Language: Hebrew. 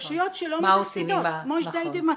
רשויות שלא מתפקדות כמו ג'דיידה-מכר,